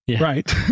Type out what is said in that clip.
Right